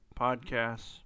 podcasts